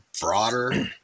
broader